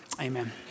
amen